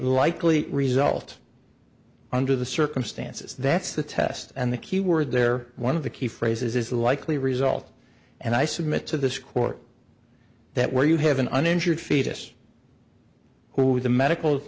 likely result under the circumstances that's the test and the key word there one of the key phrases is the likely result and i submit to this court that where you have an uninsured fetus who the medical